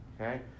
okay